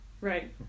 Right